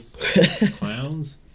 Clowns